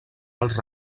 els